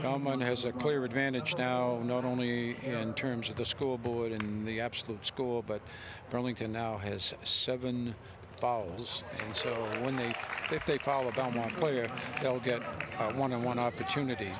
zero money has a clear advantage now not only in terms of the school board in the absolute school but burlington now has seven fouls and so when they if they call a dominant player they'll get want to one opportunity